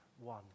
one